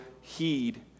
heed